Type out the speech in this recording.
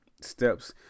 steps